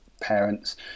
parents